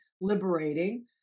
liberating